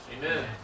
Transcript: Amen